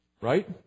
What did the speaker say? right